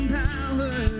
power